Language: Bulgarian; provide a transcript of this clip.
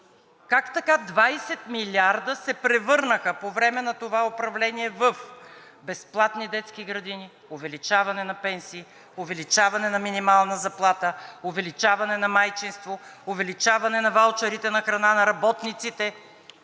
как така 20 милиарда се превърнаха по време на това управление в безплатни детски градини, увеличаване на пенсии, увеличаване на минимална заплата, увеличаване на майчинство, увеличаване на ваучерите за храна на работниците?